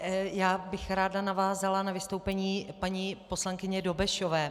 Já bych ráda navázala na vystoupení paní poslankyně Dobešové.